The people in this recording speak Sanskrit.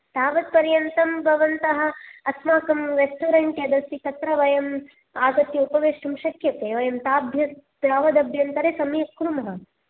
तावत् पर्यन्तं भवन्तः अस्माकं रेस्टोरेण्ट् यदस्ति तत्र वयम् आगत्य उपवेष्टुं शक्यते वयं ताभ्य तावदभ्यन्तरे सम्यक् कुर्मः